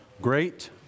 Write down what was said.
great